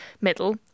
middle